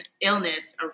illness